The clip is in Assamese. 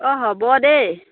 অঁ হ'ব দেই